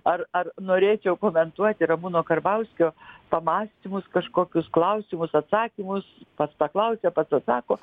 ar ar norėčiau komentuoti ramūno karbauskio pamąstymus kažkokius klausimus atsakymus pats paklausia pats atsako